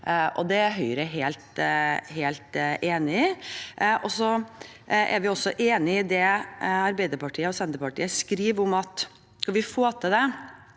Det er Høyre helt enig i. Vi er også enige i det Arbeiderpartiet og Senterpartiet skriver om at skal vi få til det